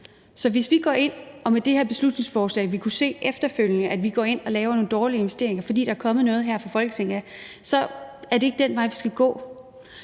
Så hvis vi går ind og vedtager det her beslutningsforslag og efterfølgende kan se, at vi har lavet nogle dårlige investeringer, fordi der er kommet nogle rammer her fra Folketinget, så er det ikke den vej, vi skal gå.